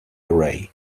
array